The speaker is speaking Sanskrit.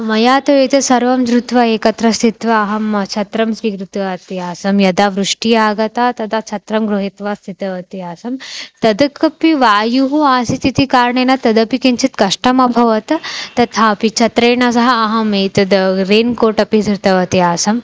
मया तु एतत् सर्वं धृत्वा एकत्र स्थित्वा अहं छत्रं स्वीकृतवती आसं यदा वृष्टिः आगता तदा छत्रं गृहीत्वा स्थितवती आसम् तदेकमपि वायुः आसीत् इति कारणेन तदपि किञ्चित् कष्टम् अभवत् तथापि छत्रेण सह अहम् एतद् रैन्कोट् अपि धृतवती आसं